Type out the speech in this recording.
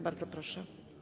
Bardzo proszę.